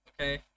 okay